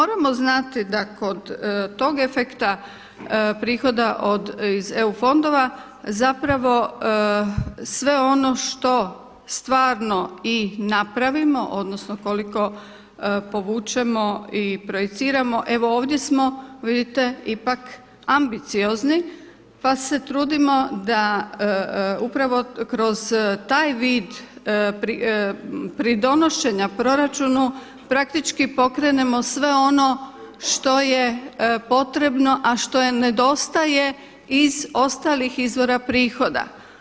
Moramo znati da kod tog efekta prihoda iz EU fondova zapravo sve ono što stvarno i napravimo odnosno koliko povučemo i projiciramo, evo ovdje smo ipak ambiciozni pa se trudimo da upravo kroz taj vid pridonošenja proračunu praktički pokrenemo sve ono što je potrebno a što nedostaje iz ostalih izvora prihoda.